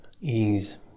ease